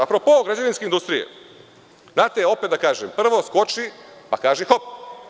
A pro po građevinske industrije, opet da kažem – prvo skoči, pa kaži hop.